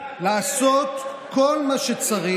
על ידי